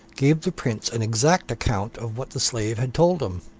gave the prince an exact account of what the slave had told him,